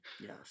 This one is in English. Yes